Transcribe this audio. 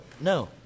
No